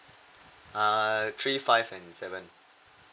uh three five and seven